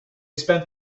spent